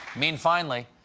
mean-finally,